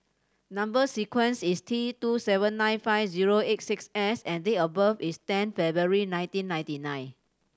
number sequence is T two seven nine five zero eight six S and date of birth is ten February nineteen ninety nine